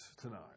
tonight